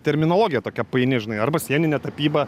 terminologija tokia paini žinai arba sieninė tapyba